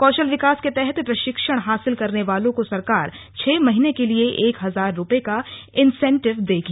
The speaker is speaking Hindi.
कौशल विकास के तहत प्रशिक्षण हासिल करने वालों को सरकार छह महीने के लिए एक हजार रुपये का इनसेंटिव देगी